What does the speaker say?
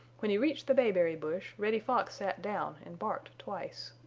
when he reached the bayberry bush reddy fox sat down and barked twice.